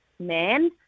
Man